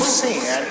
sin